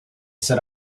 set